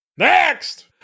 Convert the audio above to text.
Next